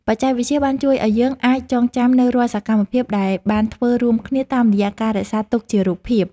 បច្ចេកវិទ្យាបានជួយឱ្យយើងអាចចងចាំនូវរាល់សកម្មភាពដែលបានធ្វើរួមគ្នាតាមរយៈការរក្សាទុកជារូបភាព។